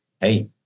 hey